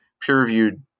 peer-reviewed